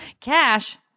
cash